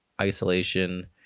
isolation